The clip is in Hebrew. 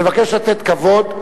אשר פעלו כסדרן,